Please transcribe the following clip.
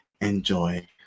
enjoy